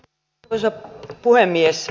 arvoisa puhemies